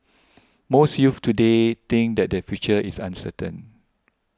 most youths today think that their future is uncertain